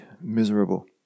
miserable